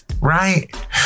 Right